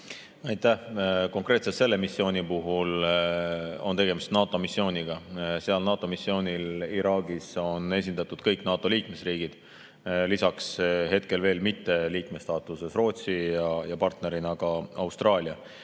Aitäh! Konkreetselt selle missiooni puhul on tegemist NATO missiooniga. Sellel NATO missioonil Iraagis on esindatud kõik NATO liikmesriigid, lisaks hetkel veel mitte liikme staatuses Rootsi ja partnerina ka Austraalia.